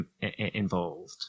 involved